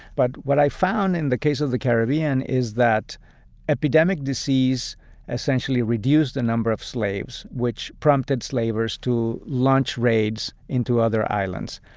but what i found in the case of the caribbean is that epidemic disease essentially reduced the number of slaves, which prompted slavers to launch raids into other islands.